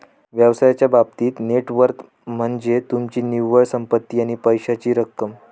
व्यवसायाच्या बाबतीत net worth म्हनज्ये तुमची निव्वळ संपत्ती आणि पैशाची रक्कम